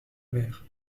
mer